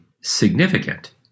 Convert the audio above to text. significant